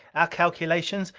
our calculations,